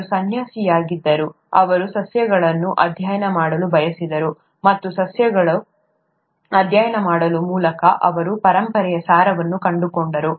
ಅವರು ಸನ್ಯಾಸಿಯಾಗಿದ್ದರು ಅವರು ಸಸ್ಯಗಳನ್ನು ಅಧ್ಯಯನ ಮಾಡಲು ಬಯಸಿದ್ದರು ಮತ್ತು ಸಸ್ಯಗಳನ್ನು ಅಧ್ಯಯನ ಮಾಡುವ ಮೂಲಕ ಅವರು ಪರಂಪರೆಯ ಸಾರವನ್ನು ಕಂಡುಕೊಂಡರು